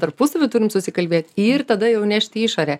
tarpusavy turim susikalbėti ir tada jau nešt į išorę